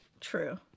true